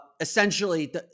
Essentially